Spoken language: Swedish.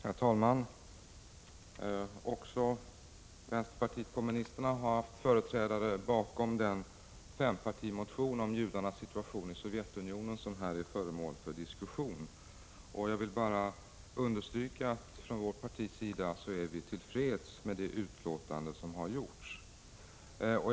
Herr talman! Också vänsterpartiet kommunisterna har haft företrädare bakom den fempartimotion om judarnas situation i Sovjetunionen som här är föremål för diskussion. Jag vill bara understryka att vi från vårt parti är till freds med utskottets skrivning.